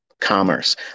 commerce